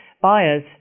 buyers